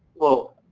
well,